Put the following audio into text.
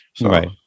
right